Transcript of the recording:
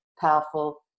powerful